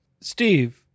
Steve